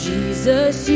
Jesus